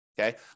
Okay